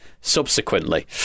subsequently